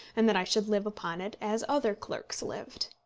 and that i should live upon it as other clerks lived.